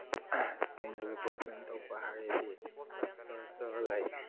ꯆꯥꯟꯗꯦꯜꯗ program ꯇꯧꯕ ꯍꯥꯏꯔꯗꯤ first like